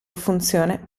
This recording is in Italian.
funzione